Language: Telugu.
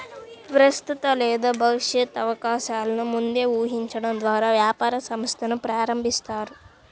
ప్రస్తుత లేదా భవిష్యత్తు అవకాశాలను ముందే ఊహించడం ద్వారా వ్యాపార సంస్థను ప్రారంభిస్తారు